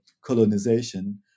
colonization